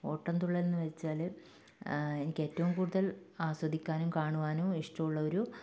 ഓട്ടൻതുള്ളലെന്ന് വെച്ചാൽ എനിക്ക് ഏറ്റവും കൂടുതൽ ആസ്വദിക്കാനും കാണുവാനും ഇഷ്ടമുള്ള ഒരു